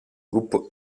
gruppo